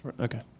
okay